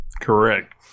Correct